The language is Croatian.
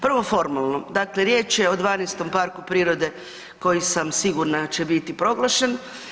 Prvo formalno, dakle riječ je o 12. parku prirode koji sam, sigurna, će biti proglašen.